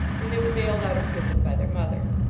when they were bailed out of prison by their mother.